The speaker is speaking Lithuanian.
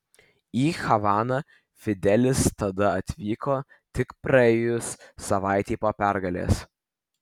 į havaną fidelis tada atvyko tik praėjus savaitei po pergalės